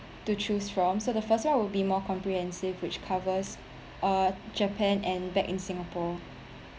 to choose from so the first [one] will be more comprehensive which covers uh japan and back in singapore